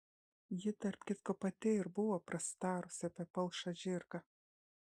ji tarp kitko pati ir buvo prasitarusi apie palšą žirgą